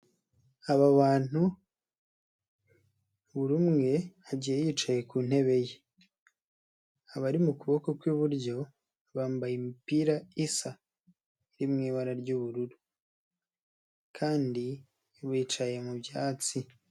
Aba bantu buri umwe agiye yicaye ku ntebe ye, abari mu kuboko kw'iburyo bambaye imipira isa iri mu ibara ry'ubururu kandi bicaye mu byatsi.